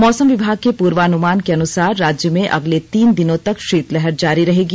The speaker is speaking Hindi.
मौसम विभाग के पूर्वानुमान के अनुसार राज्य में अगले तीन दिनों तक शीतलहर जारी रहेगी